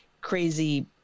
crazy